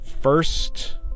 first